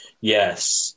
Yes